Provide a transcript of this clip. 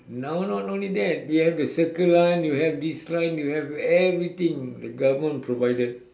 now not only that they have the circle line you have this line you have everything the government provided